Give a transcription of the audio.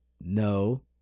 no